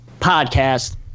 podcast